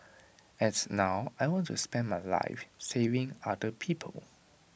and now I want to spend my life saving other people